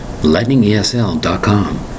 LightningESL.com